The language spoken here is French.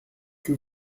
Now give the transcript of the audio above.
que